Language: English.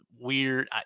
weird